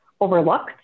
overlooked